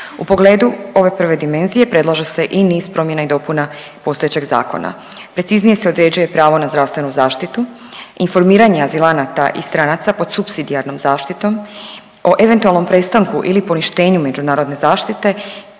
U pogledu ove prve dimenzije predlaže se i niz promjena i dopuna postojećeg zakona, preciznije se određuje pravo na zdravstvenu zaštitu, informiranje azilanata i stranaca pod supsidijarnom zaštitom o eventualnom prestanku ili poništenju međunarodne zaštite,